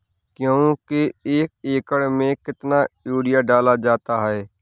गेहूँ के एक एकड़ में कितना यूरिया डाला जाता है?